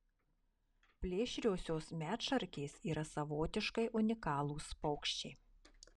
plėšriosios medšarkės yra savotiškai unikalūs paukščiai